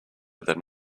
than